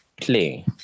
play